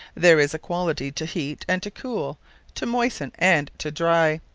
there is a quality to heat, and to coole to moisten and to dry.